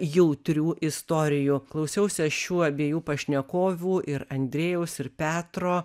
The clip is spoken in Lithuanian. jautrių istorijų klausiausi aš šių abiejų pašnekovų ir andrejaus ir petro